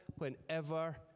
Whenever